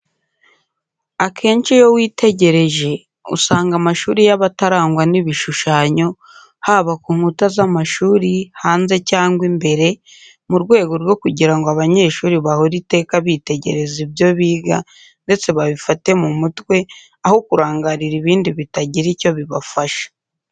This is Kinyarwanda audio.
Akenshi, iyo witegereje, usanga amashuri y’abato arangwa n’ibishushanyo, haba ku nkuta z’amashuri hanze cyangwa imbere, mu rwego rwo kugira ngo abanyeshuri bahore iteka bitegereza ibyo biga ndetse babifate mu mutwe, aho kurangarira ibindi bitagira icyo bibafasha.